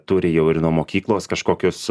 turi jau ir nuo mokyklos kažkokius